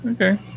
okay